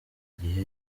gihe